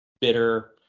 bitter